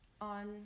on